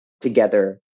together